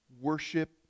worship